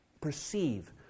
perceive